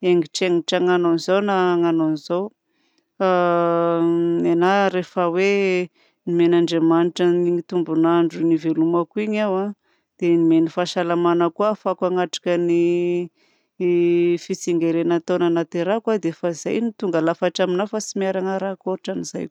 hiaingitraingitra hagnano an'izao na hagnano an'izao fa ny anahy rehefa hoe nomen'Andriamanitra ny tombonandro nivelomako igny aho nomeny fahasalamana koa ahafahako hanatrika ny fitsingerenan'ny taona nahaterahako aho dia efa izay no tonga lafatra aminahy fa tsy miharagna raha ankoatran'izay.